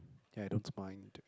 ya I don't mind